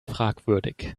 fragwürdig